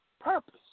purpose